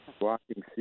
walking